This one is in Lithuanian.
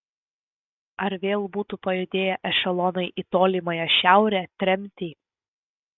ar vėl būtų pajudėję ešelonai į tolimąją šiaurę tremtį